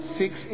six